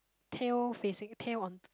tail facing tail on